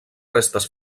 restes